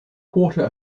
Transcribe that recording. quarter